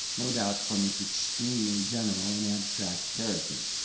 no doubt from its extremely general and abstract character,